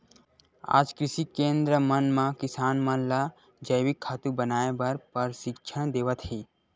आज कृषि केंद्र मन म किसान मन ल जइविक खातू बनाए बर परसिक्छन देवत हे